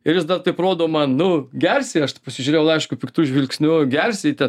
ir jis dar taip rodo man nu gersi aš taip pasižiūrėjau aišku piktu žvilgsniu gersi te